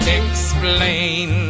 explain